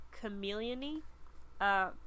chameleon-y